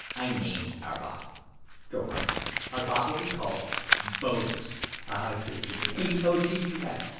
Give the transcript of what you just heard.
i named our bot go on our bot will be called botus i see what you did there b o t u s.